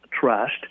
trust